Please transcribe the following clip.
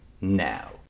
now